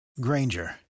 Granger